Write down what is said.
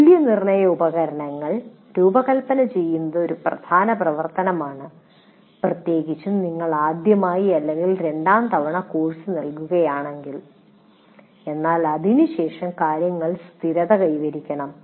മൂല്യനിർണ്ണയ ഉപകരണങ്ങൾ രൂപകൽപ്പന ചെയ്യുന്നത് ഒരു പ്രധാന പ്രവർത്തനമാണ് പ്രത്യേകിച്ചും നിങ്ങൾ ആദ്യമായി അല്ലെങ്കിൽ രണ്ടാം തവണ കോഴ്സ് നൽകുകയാണെങ്കിൽ എന്നാൽ അതിനുശേഷം കാര്യങ്ങൾ സ്ഥിരത കൈവരിക്കണം